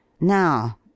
Now